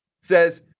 says